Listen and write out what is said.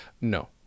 no